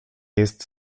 jest